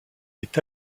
est